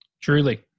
Truly